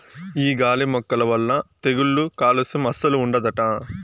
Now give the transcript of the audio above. ఈ గాలి మొక్కల వల్ల తెగుళ్ళు కాలుస్యం అస్సలు ఉండదట